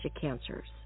cancers